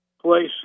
place